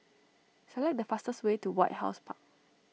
select the fastest way to White House Park